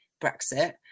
brexit